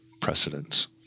precedents